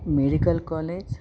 medical college